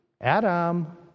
Adam